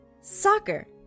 Soccer